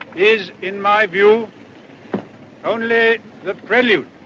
is in my view only the prelude